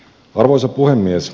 arvoisa puhemies